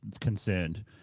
Concerned